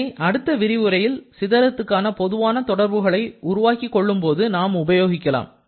இதனை அடுத்த விரிவுரையில் சிதறத்துக்கான பொதுவான தொடர்புகளை உருவாக்கிக் கொள்ளும் போது நாம் உபயோகிக்கலாம்